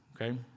okay